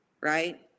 right